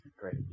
Great